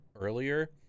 earlier